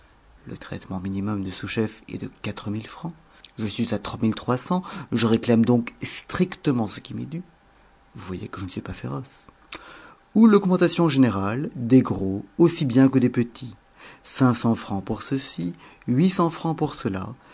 le traitement minimum de sous-chef est de francs je suis à je réclame donc strictement ce qui m'est dû vous voyez que je ne suis pas féroce ou l'augmentation générale des gros aussi bien que des petits francs pour ceux-ci francs pour